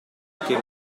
che